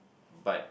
but